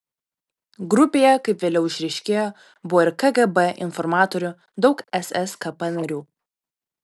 grupėje kaip vėliau išryškėjo buvo ir kgb informatorių daug sskp narių